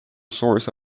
source